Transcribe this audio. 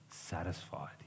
satisfied